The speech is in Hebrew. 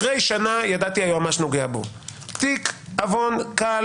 אחרי שנה ידעתי שהיועמ"ש נוגע בו; תיק עוון קל?